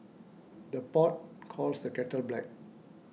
the pot calls the kettle black